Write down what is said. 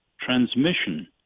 transmission